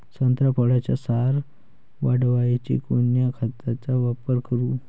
संत्रा फळाचा सार वाढवायले कोन्या खताचा वापर करू?